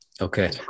Okay